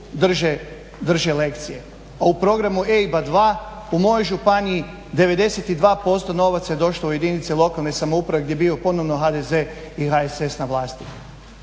drže lekcije. A u programu EIB-a dva u mojoj županiji 92% novaca je došlo u jedinice lokalne samouprave gdje je bio ponovno HDZ i HSS na vlasti.